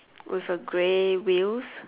with a grey wheels